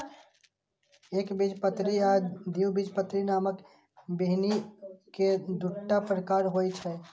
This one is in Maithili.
एकबीजपत्री आ द्विबीजपत्री नामक बीहनि के दूटा प्रकार होइ छै